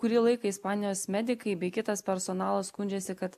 kurį laiką ispanijos medikai bei kitas personalas skundžiasi kad